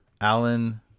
Alan